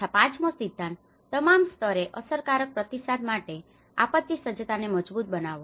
તથા પાંચમો સિદ્ધાંત તમામ સ્તરે અસરકારક પ્રતિસાદ માટે આપત્તિ સજ્જતાને મજબૂત બનાવો